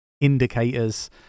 indicators